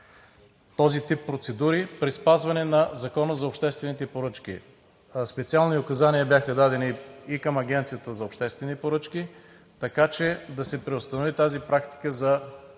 този тип процедури, при спазване на Закона за обществените поръчки. Специални указания бяха дадени и към Агенцията за обществени поръчки, така че да се преустанови тази практика за